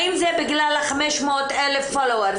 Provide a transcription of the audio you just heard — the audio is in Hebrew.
האם זה בגלל ה-500,000 פולוארס?